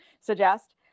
suggest